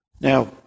Now